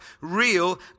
real